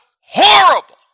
horrible